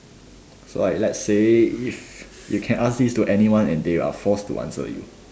like like let's say if you can ask this to anyone and they are forced to answer you